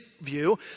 view